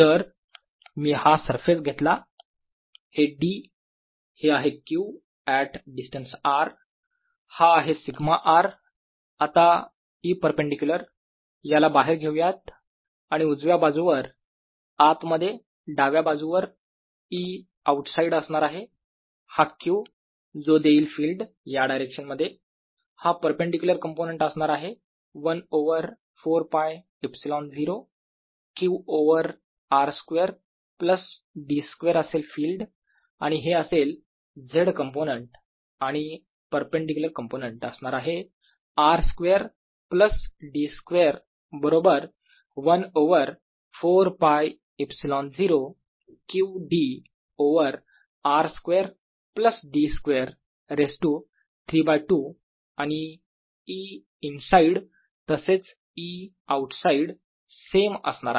जर मी हा सरफेस घेतला हे d हे आहे q ऍट डिस्टन्स r हा आहे σ r आता E परपेंडीक्युलर याला बाहेर घेऊयात आणि उजव्या बाजूवर आत मध्ये डाव्या बाजूवर E आऊट साईड असणार आहे हा q जो देईल फिल्ड या डायरेक्शन मध्ये हा परपेंडीक्युलर कंपोनेंट असणार आहे 1 over 4π ε0 q over r square plus d square असेल फिल्ड आणि हे असेल z कंपोनेंट आणि परपेंडीक्युलर कंपोनेंट असणार आहे r square plus d square बरोबर 1 over 4π ε0 q d over r square plus d square raise to 3 by 2 आणि E इन साईड तसेच E आऊट साईड सेम असणार आहेत